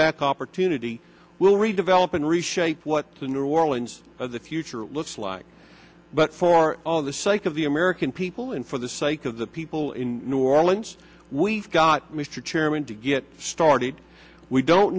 back opportunity will redevelop and reshape what the new orleans of the future looks like but for all the sake of the american people and for the sake of the people in new orleans we've got mr chairman to get started we don't